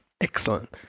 Excellent